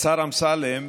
השר אמסלם,